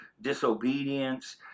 disobedience